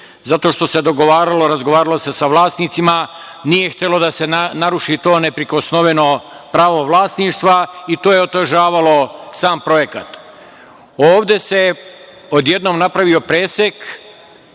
zato što se dogovaralo, razgovaralo sa vlasnicima, nije htelo da se naruši to neprekosnoveno pravo vlasništva i to je otežavalo sam projekat. Ovde se odjednom napravio presek